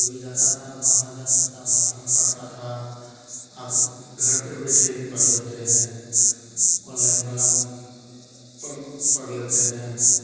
कोई जाता था तो बाहर जाता था बाहर पढ़ता था अब घर पे बैठे ही पढ़ लेते हैं अनलाइन वाला पढ़ लेते हैं